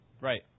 Right